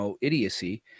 idiocy